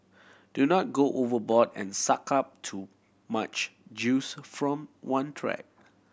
do not go overboard and suck up too much juice from one track